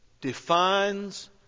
defines